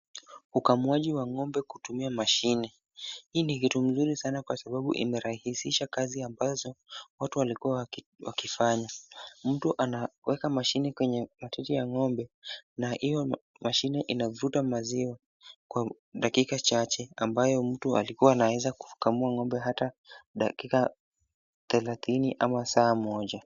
Ukamuaji wa ng'ombe kutumia mashine, hii ni kitu mzuri sana kwa sababu imerahisisha kazi ambazo watu walikuwa wakifanya, mtu anaweka mashine kwenye matiti ya ng'ombe na hiyo mashine inavuta maziwa kwa dakika chache ambayo mtu alikuwa anaweza kukamua ng'ombe hata dakika thelathini ama saa moja.